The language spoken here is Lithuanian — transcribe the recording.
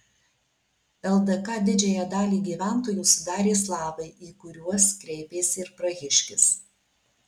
ldk didžiąją dalį gyventojų sudarė slavai į kuriuos kreipėsi ir prahiškis